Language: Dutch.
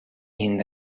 één